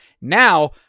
now